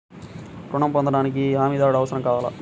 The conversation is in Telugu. ఋణం పొందటానికి హమీదారుడు అవసరం కావాలా?